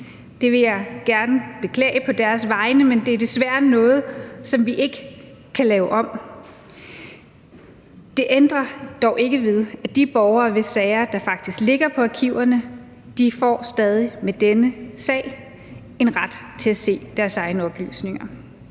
Det vil jeg gerne beklage på regeringens vegne, men det er desværre noget, som vi ikke kan lave om. Det ændrer dog ikke ved, at de borgere, hvis sager faktisk ligger på arkiverne, stadig med denne sag får en ret til at se deres egne oplysninger.